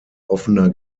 offener